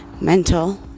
mental